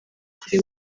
kuri